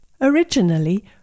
Originally